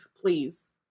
please